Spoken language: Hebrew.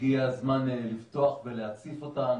הגיע הזמן לפתוח את הנושאים ולהציף אותם,